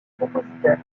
compositeur